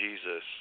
Jesus